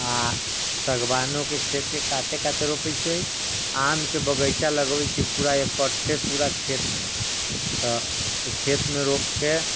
आ सागवानो के खेत के काते काते रोपै छियै आम के बगीचा लगबै छियै पूरा एकट्ठे पूरा खेत मे तऽ खेत मे रोपके